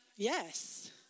Yes